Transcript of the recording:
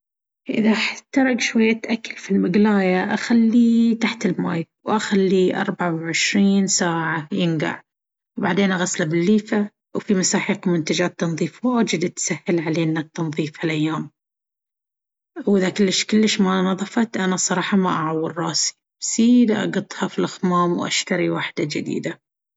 إذا إحترق شوية أكل في المقلاية أخليه تحت الماي وأخليه أربعة وعشرين ساعة ينقع وبعدين أغسله بالليفة وفي مساحيق ومنتجات تنظيف واجد تسهل علينا التنظيف هالايام واذا كلش كلش ما نظفت انا الصراحة ما أعور راسي سيدة أقطها في الخمام. واشتري وحدة جديدة.